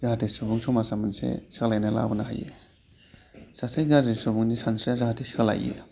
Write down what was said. जाहाथे सुबुं समाजा मोनसे सोलायनाय लाबोनो हायो सासे गाज्रि सुबुंनि सानस्रिया जाहाथे सोलायो